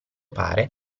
pare